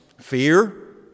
fear